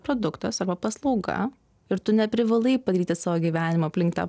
produktas arba paslauga ir tu neprivalai padaryti savo gyvenimo aplink tą